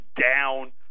down